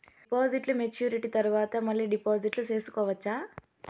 డిపాజిట్లు మెచ్యూరిటీ తర్వాత మళ్ళీ డిపాజిట్లు సేసుకోవచ్చా?